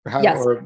Yes